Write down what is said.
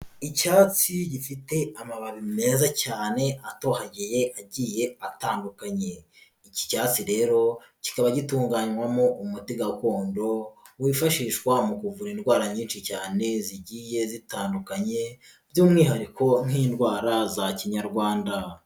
Icyatsi gifite amababi meza cyane atohagiye agiye atandukanye, iki cyatsi rero kikaba gitunganywamo umuti gakondo, wifashishwa mu kuvura indwara nyinshi cyane zigiye zitandukanye, by'umwihariko nk'indwara za kinyarwanda.